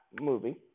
movie